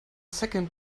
second